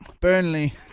Burnley